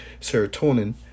serotonin